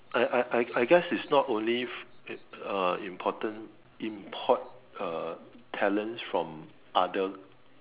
I I I I guess it's not only uh important import talents from other